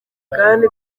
kandi